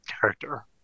character